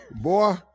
Boy